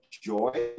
joy